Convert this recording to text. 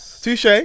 Touche